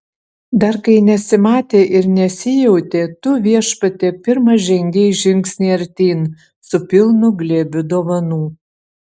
dar kai nesimatė ir nesijautė tu viešpatie pirmas žengei žingsnį artyn su pilnu glėbiu dovanų